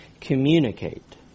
communicate